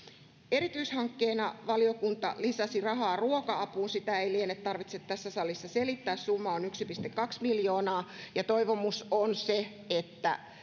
erityishankkeena valiokunta lisäsi rahaa ruoka apuun sitä ei liene tarvitse tässä salissa selittää summa on yksi pilkku kaksi miljoonaa ja toivomus on se että